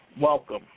welcome